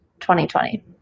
2020